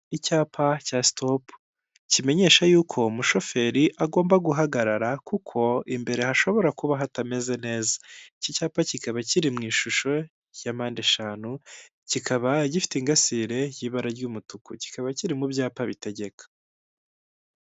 Icyapa cya sitopu, kimenyesha yuko umushoferi agomba guhagarara kuko imbere hashobora kuba hatameze neza. Iki cyapa kikaba kiri mu ishusho ya mpande eshanu, kikaba gifite ingasire y'ibara ry'umutuku, kikaba kiri mu byapa bitegeka.